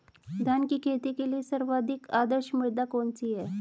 धान की खेती के लिए सर्वाधिक आदर्श मृदा कौन सी है?